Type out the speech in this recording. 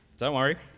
don't worry,